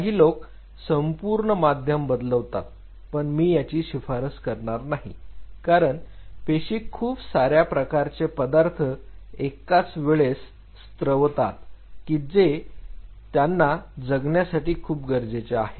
काही लोक संपूर्ण माध्यम बदलतात पण मी याची शिफारस करणार नाही कारण पेशी खूप साऱ्या प्रकारचे पदार्थ एकाच वेळेस स्त्रवतात की जे त्यांना जगण्यासाठी खूप गरजेचे आहे